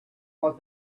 what